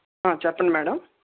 చెప్పండి మేడం